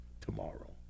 tomorrow